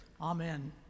Amen